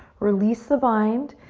release the bind,